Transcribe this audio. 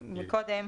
קודם,